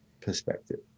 perspective